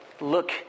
Look